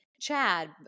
Chad